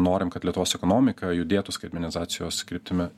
norim kad lietuvos ekonomika judėtų skaitmenizacijos kryptimi